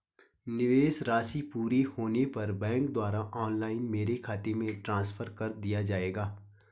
निवेश राशि पूरी होने पर बैंक द्वारा ऑनलाइन मेरे खाते में ट्रांसफर कर दिया जाएगा?